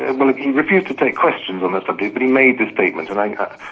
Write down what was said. and well like he refused to take questions on that subject but he made this statement and i,